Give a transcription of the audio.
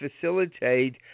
facilitate